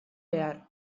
behar